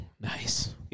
nice